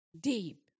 deep